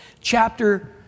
chapter